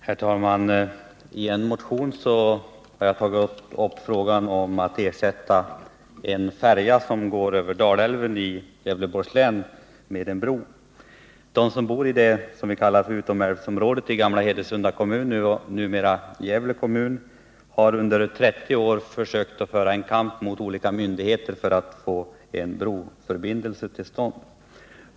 Herr talman! I en motion har jag tagit upp frågan om att ersätta en färja som går över Dalälven i Gävleborgs län med en bro. De som bor i det som vi kallar utomälvsområdet i gamla Hedesunda kommun, numera Gävle kommun, har under 30 år försökt föra en kamp mot olika myndigheter för att få en broförbindelse till stånd.